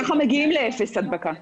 ככה מגיעים לאפס הדבקה.